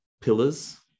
pillars